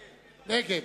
נגד.